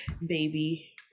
baby